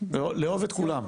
ולאהוב את כולם,